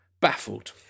baffled